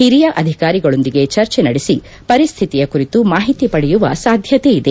ಹಿರಿಯ ಅಧಿಕಾರಿಗಳೊಂದಿಗೆ ಚರ್ಚೆ ನಡೆಸಿ ಪರಿಸ್ಥಿತಿಯ ಕುರಿತು ಮಾಹಿತಿ ಪಡೆಯುವ ಸಾಧ್ಯತೆ ಇದೆ